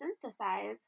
synthesize